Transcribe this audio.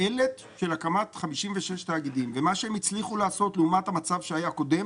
התועלת של הקמת 56 תאגידים ומה שהם הצליחו לעשות לעומת המצב הקודם